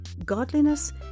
Godliness